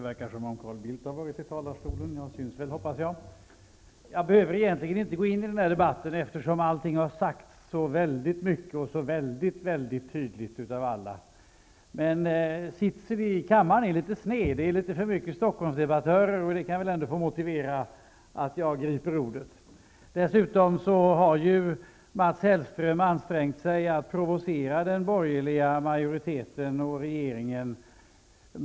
Herr talman! Jag behöver egentligen inte gå in i den här debatten, eftersom allting redan i så stor utsträckning och med så stor tydlighet har sagts av alla. Fördelningen i kammaren är emellertid litet snedvriden. Det är litet för många Stockholmsdebattörer och detta faktum kan väl motivera att jag tar till orda. Dessutom har Mats Hellström med olika former av argument ansträngt sig för att provocera den borgerliga majoriteten och regeringen.